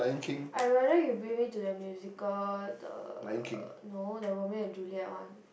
I rather you bring me to the musical the no the Romeo-and-Juliet one